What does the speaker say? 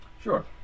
Sure